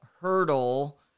hurdle